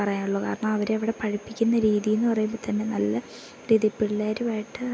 പറയാനുള്ളൂ കാരണം അവരവിടെ പഠിപ്പിക്കുന്ന രീതിയെന്നു പറയുമ്പോൾ തന്നെ നല്ല രീതിയിൽ പിള്ളേരുമായിട്ട്